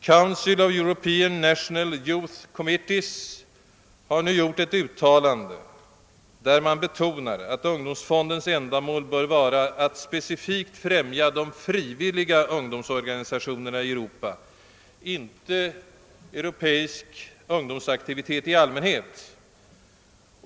Council of European National Youth Committees har nu gjort ett uttalande, i vilket man betonar att ungdomsfondens ändamål bör vara att främja de frivilliga ungdomsorganisationerna i Europa, inte europeisk ungdomsaktivitet i allmänhet.